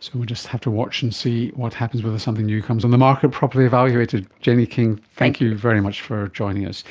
so we will just have to watch and see what happens, whether something new comes on the market, properly evaluated. jenny king, thank you very much for joining us.